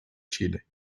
chile